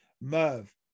Merv